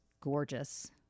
gorgeous